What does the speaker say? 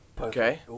okay